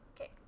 Okay